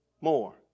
more